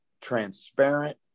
transparent